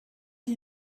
you